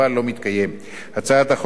הצעת החוק מוגשת ללא הסתייגויות,